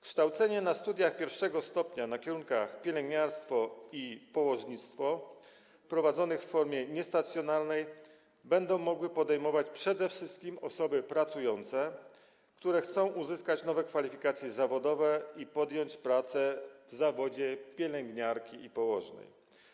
Kształcenie na studiach pierwszego stopnia na kierunkach: pielęgniarstwo i położnictwo prowadzonych w formie niestacjonarnej będą mogły podejmować przede wszystkim osoby pracujące, które chcą uzyskać nowe kwalifikacje zawodowe i podjąć pracę w zawodzie pielęgniarki lub położnej.